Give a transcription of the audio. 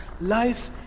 life